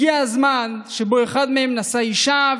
הגיע הזמן שבו אחד מהם נשא אישה,